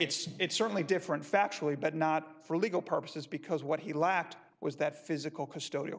it's it's certainly different factually but not for legal purposes because what he lacked was that physical custodial